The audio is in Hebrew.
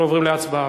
אנחנו עוברים להצבעה.